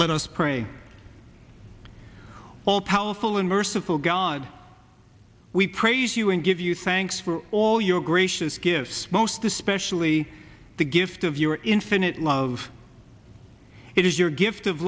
holcomb let us pray all powerful and merciful god we praise you and give you thanks for all your gracious gifts most especially the gift of your infinite love it is your gift of